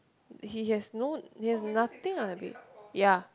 he has no he has nothing on the bed ya